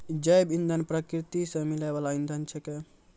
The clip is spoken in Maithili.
जैव इंधन प्रकृति सॅ मिलै वाल इंधन छेकै